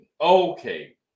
Okay